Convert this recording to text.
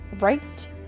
right